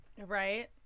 Right